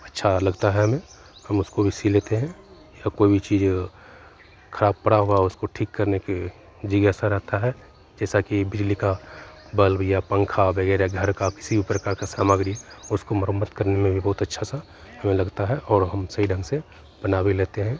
अच्छा लगता है हमें हम उसको भी सी लेते हैं या कोई भी चीज खराब पड़ा हुआ उसको ठीक करने के जिज्ञासा रहता है जैसा कि बिजली का बल्ब या पंखा वगैरह घर का किसी भी प्रकार का सामग्री उसको मरम्मत करने में भी बहुत अच्छा सा हमें लगता है और हम सही ढंग से बना भी लेते हैं